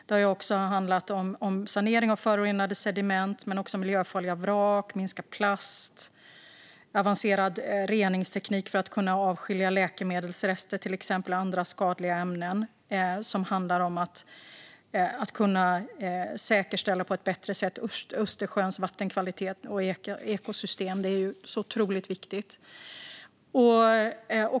Det har handlat om sanering av förorenade sediment men också miljöfarliga vrak, minskning av plast och avancerad reningsteknik för att kunna avskilja till exempel läkemedelsrester och andra skadliga ämnen. Det handlar om att på ett bättre sätt kunna säkerställa Östersjöns vattenkvalitet och ekosystem, vilket är otroligt viktigt.